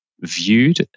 viewed